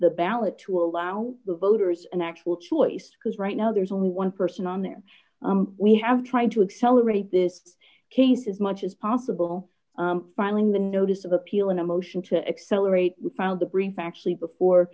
the ballot to allow the voters an actual choice because right now there's only one person on there we have tried to accelerate this case as much as possible finding the notice of appeal in a motion to accelerate we filed a brief actually before